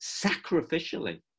sacrificially